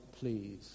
please